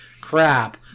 crap